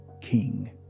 King